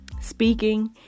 speaking